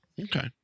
Okay